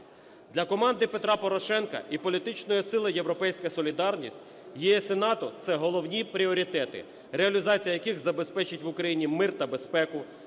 Для команди Петра Порошенка і політичної сили "Європейська Солідарність" ЄС і НАТО – це головні пріоритети, реалізація яких забезпечить в Україні мир та безпеку,